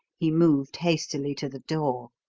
he moved hastily to the door.